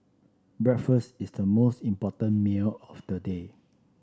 breakfast is the most important meal of the day